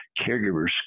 caregivers